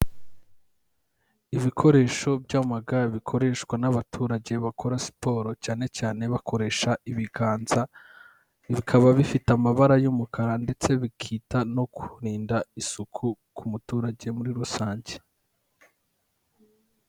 Ibikoresho by'amagare bikoreshwa n'abaturage bakora siporo cyane cyane bakoresha ibiganza, bikaba bifite amabara y'umukara ndetse bikita no ku kurinda isuku ku muturage muri rusange.